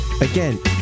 Again